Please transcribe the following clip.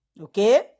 okay